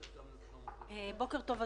בוקר טוב,